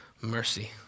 mercy